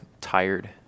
tired